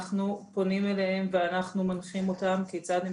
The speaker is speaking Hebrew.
אנחנו פונים אליהן ואנחנו מנחים אותן כיצד הן